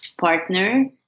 partner